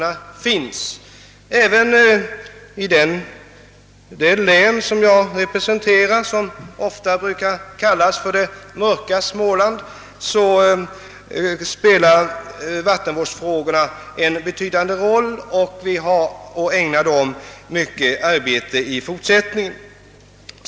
Även i det län som jag representerar och som ligger i ett landskap som ofta brukar benämnas »det mörka Småland» spelar vattenvårdsfrågorna en betydande roll, och vi ägnar dem mycket arbete och kommer att göra det även i fortsättningen.